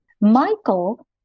Michael